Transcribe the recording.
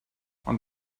ond